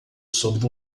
sobre